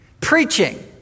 preaching